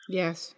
yes